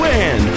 Win